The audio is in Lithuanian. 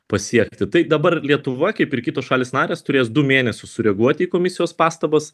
pasiekti tai dabar lietuva kaip ir kitos šalys narės turės du mėnesius sureaguoti į komisijos pastabas